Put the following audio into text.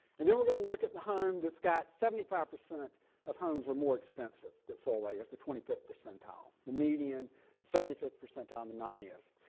and then we're gonna look at the home that's got seventy five percent of homes are more expensive that sold i guess the fifth percentile the median seventy fifth percent on the nineteenth.